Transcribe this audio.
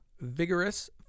Vigorous